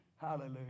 Hallelujah